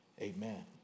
Amen